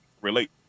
relate